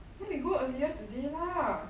then we go earlier today lah